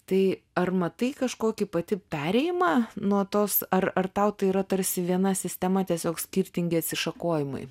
tai ar matai kažkokį pati perėjimą nuo tos ar ar tau tai yra tarsi viena sistema tiesiog skirtingi atsišakojimai